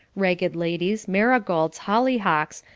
ragged ladies, marigolds, hollyhocks,